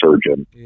surgeon